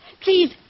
Please